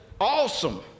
awesome